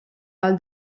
għal